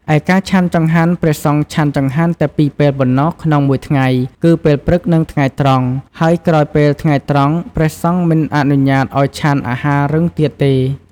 ឯការឆាន់ចង្ហាន់ ព្រះសង្ឃឆាន់ចង្ហាន់តែពីរពេលប៉ុណ្ណោះក្នុងមួយថ្ងៃ គឺពេលព្រឹក និងថ្ងៃត្រង់ ហើយក្រោយពេលថ្ងៃត្រង់ ព្រះសង្ឃមិនអនុញ្ញាតឱ្យឆាន់អាហាររឹងទៀតទេ។